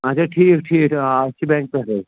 اَچھا ٹھیٖک ٹھیٖک آ أسۍ چھِ بیٚنٛک پٮ۪ٹھ حظ